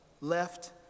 left